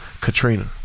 Katrina